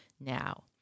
now